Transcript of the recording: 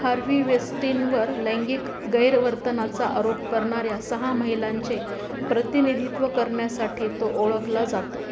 Harvey Weinstein वर लैंगिक गैरवर्तनाचा आरोप करणाऱ्या सहा महिलांचे प्रतिनिधित्व करण्यासाठी तो ओळखला जातो